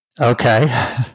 Okay